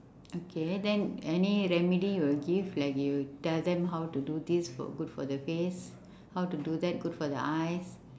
okay then any remedy you would give like you tell them how to do this for good for the face how to do that good for the eyes